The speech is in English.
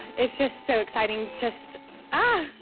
it's just so exciting, just ah!